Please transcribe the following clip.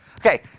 Okay